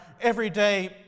everyday